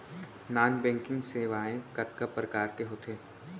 non banking सेवाएं कतका प्रकार के होथे